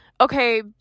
okay